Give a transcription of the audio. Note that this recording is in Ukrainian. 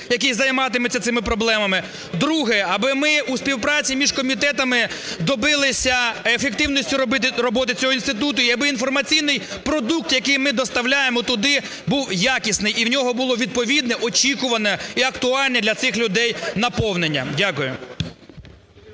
який займатиметься цими проблемами. Друге. Аби ми у співпраці між комітетами добилися ефективності роботи цього інституту і аби інформаційний продукт, який ми доставляємо туди, був якісний і в нього було відповідне, очікуване і актуальне для цих людей наповнення. Дякую.